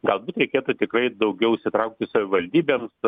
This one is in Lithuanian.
galbūt reikėtų tikrai daugiau įsitraukti savivaldybėms